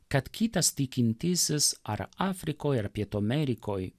kad kitas tikintysis ar afrikoj ar pietų amerikoj